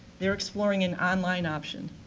they're exploring an online option.